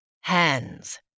Hands